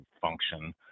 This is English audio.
function